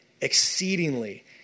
exceedingly